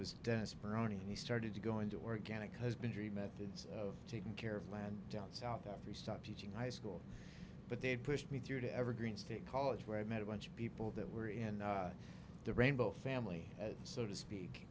was dennis browning he started to go into organic husbandry methods of taking care of land down south every stop teaching high school but they pushed me through to evergreen state college where i met a bunch of people that were in the rainbow family so to speak